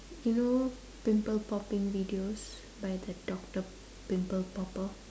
you know pimple popping videos by the doctor pimple popper